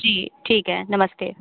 जी ठीक है नमस्ते